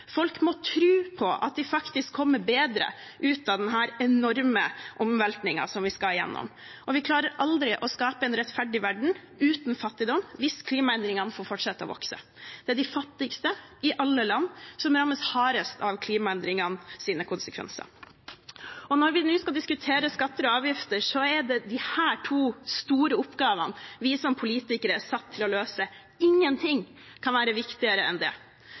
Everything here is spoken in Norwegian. Folk må tro på at de faktisk kommer bedre ut av denne enorme omveltningen som vi skal gjennom, og vi klarer aldri å skape en rettferdig verden uten fattigdom hvis klimaendringene får fortsette å vokse. Det er de fattigste i alle land som rammes hardest av konsekvensene av klimaendringene. Når vi nå skal diskutere skatter og avgifter, er det disse to store oppgavene vi som politikere er satt til å løse. Ingenting kan være viktigere enn det.